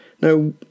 Now